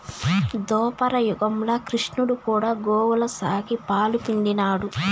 దోపర యుగంల క్రిష్ణుడు కూడా గోవుల సాకి, పాలు పిండినాడు